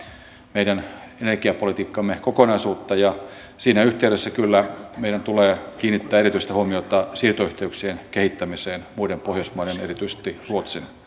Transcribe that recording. meidän energiapolitiikkamme kokonaisuutta ja siinä yhteydessä meidän tulee kyllä kiinnittää erityistä huomiota siirtoyhteyksien kehittämiseen muiden pohjoismaiden erityisesti ruotsin